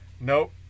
Nope